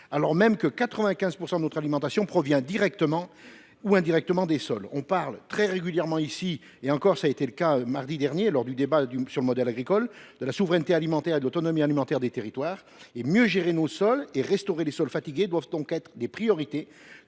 alors même que 95 % de notre alimentation provient directement ou indirectement des sols. On parle très régulièrement ici – cela a encore été le cas mardi dernier, lors du débat sur le modèle agricole – de la souveraineté alimentaire et de l’autonomie alimentaire des territoires. Mieux gérer nos sols et restaurer les sols fatigués doivent donc être des priorités,